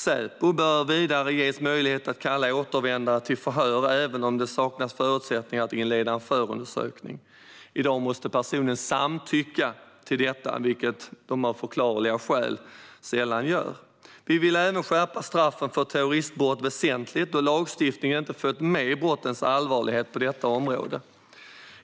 Säpo bör vidare ges möjlighet att kalla återvändare till förhör, även om det saknas förutsättningar att inleda en förundersökning. I dag måste personer samtycka till detta, vilket de av förklarliga skäl sällan gör. Vi vill även skärpa straffen för terroristbrott väsentligt, då lagstiftningen inte följt med i fråga om brottens allvarlighet på detta område.